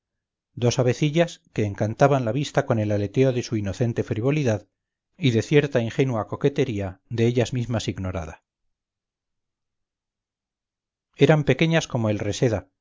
mañana dos avecillas que encantaban la vista con el aleteo de su inocente frivolidad y de cierta ingenuacoquetería de ellas mismas ignorada eran pequeñas como el reseda